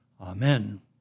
Amen